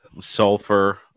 Sulfur